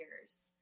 years